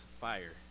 fire